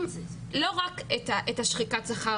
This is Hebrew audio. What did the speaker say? מייצרים לא רק את שחיקת השכר,